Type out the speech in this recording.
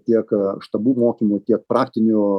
tiek štabų mokymų tiek praktinių